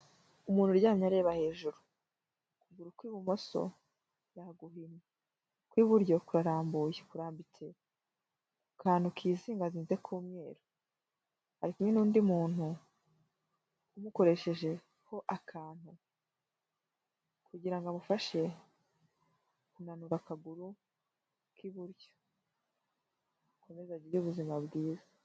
Umuntu uryamye areba hejuru, ukuguru kw'ibumoso yaguhinnye, ukw'iburyo kurarambuye, kurambitse ku kantu kizingazinze k'umweru, ari kumwe n'undi muntu umukoreshejeho akantu kugira ngo amufashe kunanura akaguru k'iburyo akomeze agire ubuzima bwiza.